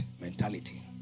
mentality